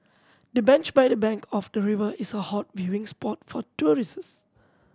the bench by the bank of the river is a hot viewing spot for tourists